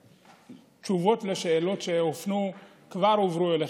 שתשובות על שאלות שהופנו כבר הועברו אליכם.